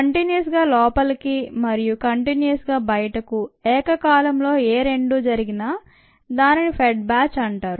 continuous గా లోపలికి మరియు కంటిన్యూస్ంగా బయటకు ఏకకాలంలో ఏ రెండు జరిగినా దానిని ఫెడ్ బ్యాచ్ అంటారు